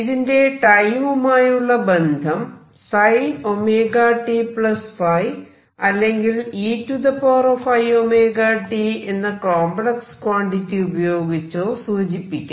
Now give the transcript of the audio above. ഇതിന്റെ ടൈമുമായുള്ള ബന്ധം sin⁡ωtϕ അല്ലെങ്കിൽ eiωt എന്ന കോംപ്ലക്സ് ക്വാണ്ടിറ്റി ഉപയോഗിച്ചോ സൂചിപ്പിക്കാം